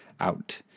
out